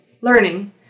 learning